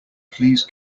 please